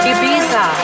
Ibiza